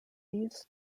these